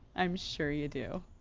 i'm sure you do.